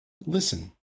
Listen